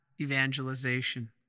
evangelization